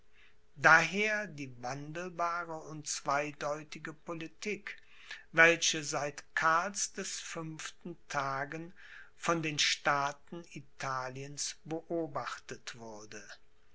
daher die wandelbare und zweideutige politik welche seit karls des fünften tagen von den staaten italiens beobachtet wurde